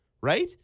right